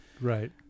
Right